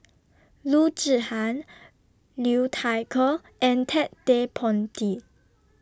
Loo Zihan Liu Thai Ker and Ted De Ponti